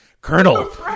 Colonel